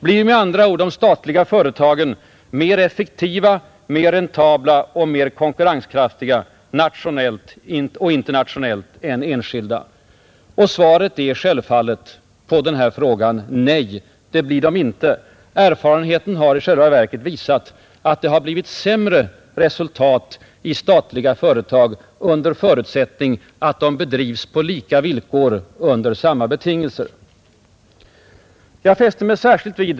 Blir med andra ord de statliga företagen mer effektiva, mer räntabla och mer konkurrenskraftiga, nationellt och internationellt, än de enskilda? Svaret på den här frågan är självfallet: Nej, det blir de inte. Erfarenheten visar i själva verket att det har blivit sämre resultat i statliga företag under förutsättning att de bedrivs på lika villkor under samma betingelser.